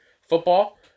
Football